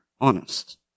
honest